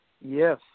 Yes